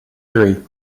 three